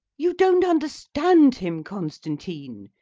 you don't understand him, constantine.